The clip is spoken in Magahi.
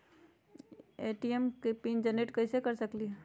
हम ए.टी.एम के पिन जेनेरेट कईसे कर सकली ह?